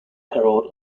herald